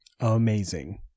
amazing